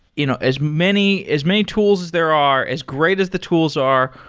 you know as many as many tools as there are, as great as the tools are,